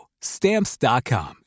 Stamps.com